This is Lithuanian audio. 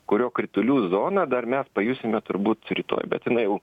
kurio kritulių zoną dar mes pajusime turbūt rytoj bet jinai jau